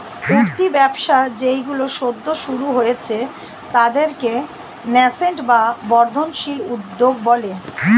উঠতি ব্যবসা যেইগুলো সদ্য শুরু হয়েছে তাদেরকে ন্যাসেন্ট বা বর্ধনশীল উদ্যোগ বলে